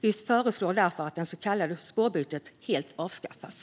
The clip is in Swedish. Vi föreslår därför att det så kallade spårbytet helt avskaffas.